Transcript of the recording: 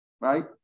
right